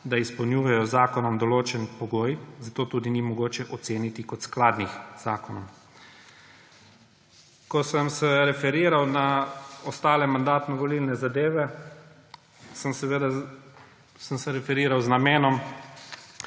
da izpolnjujejo z zakonom določen pogoj, zato tudi ni mogoče oceniti kot skladnih z zakonom.« Ko sem se referiral na ostale Mandatno-volilne zadeve, sem se referiral z namenom,